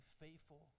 faithful